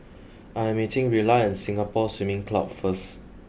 I am meeting Rilla at Singapore Swimming Club first